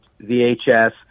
VHS